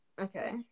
Okay